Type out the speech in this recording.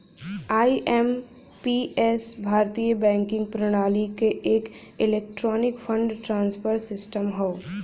IMPS भारतीय banking प्रणाली क एक इलेक्ट्रॉनिक फंड ट्रांसफर सिस्टम हौ